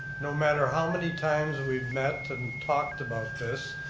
no matter how many times we've met and talked about this,